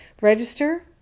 Register